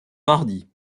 mardi